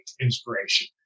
inspiration